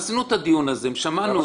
עשינו את הדיון הזה ושמענו אותן.